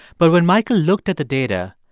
but when michael looked at the data,